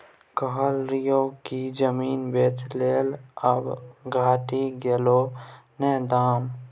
कहय रहियौ जमीन बेच ले आब घटि गेलौ न दाम